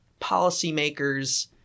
policymakers